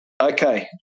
okay